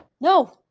No